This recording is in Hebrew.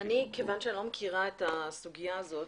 כיוון שאני לא מכירה את הסוגיה הזאת